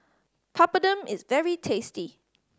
papadum is very tasty